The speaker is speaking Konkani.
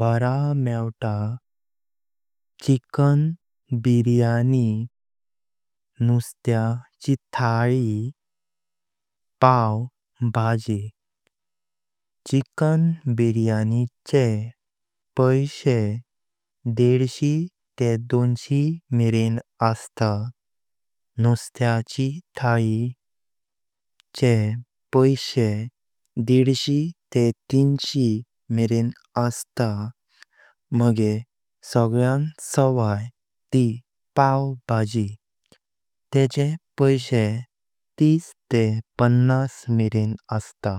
बरा मेवता चिकन बिर्याणी, नुस्त्याची थाळी, पाव भाजी। चिकन बिर्याणीचे पैशे दिडशी ते दोनशे मापेरेन असता। नुस्त्याची थाळीचे पैशे दिडशी ते तीनशे मापेरेन असता। माझे सगळ्यान सवाई आसा ती पाव भाजी तेचे पैशे तीनशे ते पन्नास मापेरेन असता।